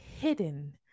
hidden